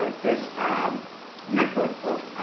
ah this um network of